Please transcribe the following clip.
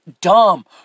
dumb